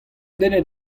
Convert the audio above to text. dennet